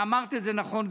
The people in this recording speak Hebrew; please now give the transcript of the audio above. ואמרת את זה נכון,